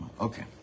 Okay